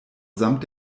samt